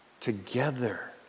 together